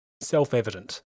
self-evident